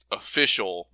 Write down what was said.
official